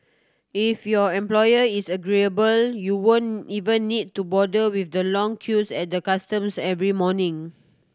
if your employer is agreeable you won't even need to bother with the long queues at the customs every morning